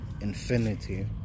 infinity